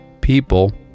people